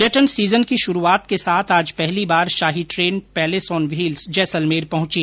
पर्यटन सीजन की शुरूआत के साथ आज पहली बार शाही train palace on wheel Jaisalmer पहुंची